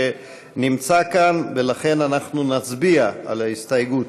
נמצא כאן, לכן נצביע על ההסתייגות.